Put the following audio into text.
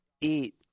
Eat